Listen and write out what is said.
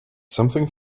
something